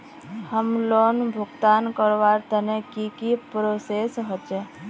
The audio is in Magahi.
होम लोन भुगतान करवार तने की की प्रोसेस होचे?